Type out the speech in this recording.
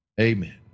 Amen